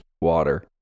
water